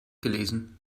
gelesen